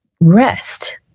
Rest